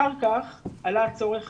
אחר כך עלה הצורך